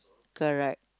clear right